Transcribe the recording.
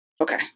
Okay